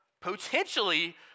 potentially